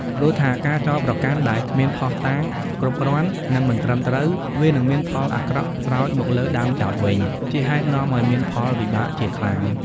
ព្រោះថាការចោទប្រកាន់ដែលគ្មានភ័ស្តុតាងគ្រប់គ្រាន់ និងមិនត្រឹមត្រូវ វានឹងមានផលអាក្រក់ស្រោចមកលើដើមចោទវិញ ជាហេតុនាំឲ្យមានផលវិបាកជាខ្លាំង ៕